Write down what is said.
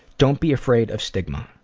don't be afraid of stigma.